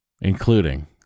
including